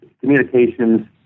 communications